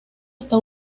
está